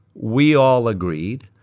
we all agreed.